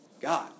God